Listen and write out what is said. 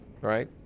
right